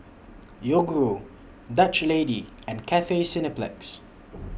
Yoguru Dutch Lady and Cathay Cineplex